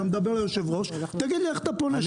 אלא מדבר ליושב-ראש תגיד לי איך אתה פונה,